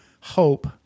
hope